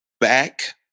back